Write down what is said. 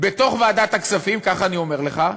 בתוך ועדת הכספים, כך אני אומר לך,